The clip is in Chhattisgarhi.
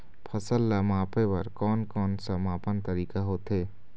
फसल ला मापे बार कोन कौन सा मापन तरीका होथे?